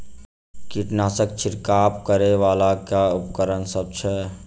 कीटनासक छिरकाब करै वला केँ उपकरण सब छै?